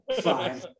Fine